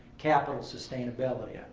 capitol sustainability.